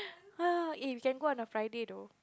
[heh] eh we can go on the Friday tho